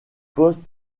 poste